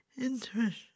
interest